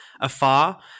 afar